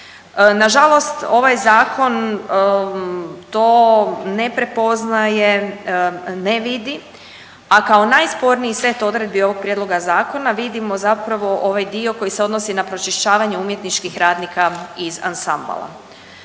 Nažalost ovaj zakon to ne prepoznaje, ne vidi, a kao najsporniji set odredbi ovog prijedloga zakona vidimo zapravo ovaj dio koji se odnosi na pročišćavanje umjetničkih radnika iz ansambala.